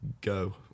go